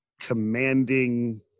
commanding